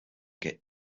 get